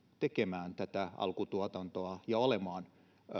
tekemään tätä alkutuotantoa ja olemaan